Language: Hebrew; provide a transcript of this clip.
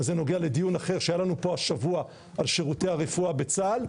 זה נוגע לדיון אחר שהיה לנו פה השבוע על שירותי הרפואה בצה"ל,